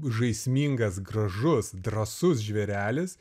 žaismingas gražus drąsus žvėrelis